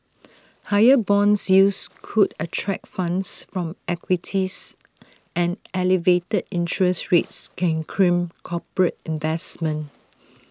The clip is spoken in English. higher Bond yields could attract funds from equities and elevated interest rates can crimp corporate investment